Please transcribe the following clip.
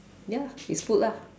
ya it's food lah